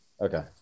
Okay